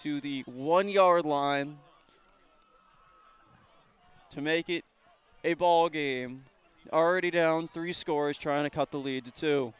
to the one yard line to make it a ballgame already down three scores trying to cut the lead to t